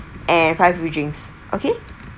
and five free drinks okay